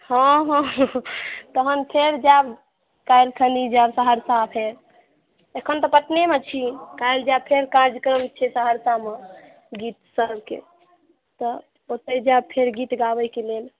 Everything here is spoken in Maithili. हँ हंँ तहन फेर जायब काल्हिखन जायब सहरसा फेर एखन तऽ पटनेमे छी काल्हि जायब फेर कार्यक्रम छै सहरसामे गीत सभके तऽ ओतै जायब फेर गीत गाबैके लेल